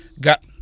Got